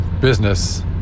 business